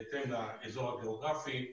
בהתאם לאזור הגיאוגרפי.